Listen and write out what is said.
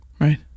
Right